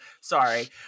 sorry